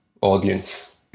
audience